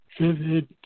vivid